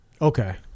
Okay